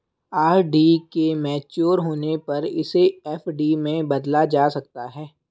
RD के mature होने पर इसे एफ.डी में बदला जा सकता है